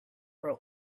grow